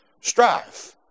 strife